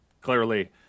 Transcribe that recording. clearly